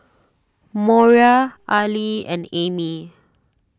Moriah Arly and Amy